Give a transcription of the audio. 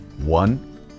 One